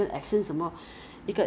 看是不是你要的 product